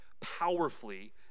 powerfully